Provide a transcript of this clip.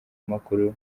makuru